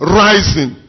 rising